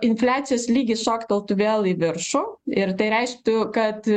infliacijos lygis šokteltų vėl į viršų ir tai reikštų kad